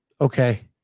Okay